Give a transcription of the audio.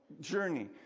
journey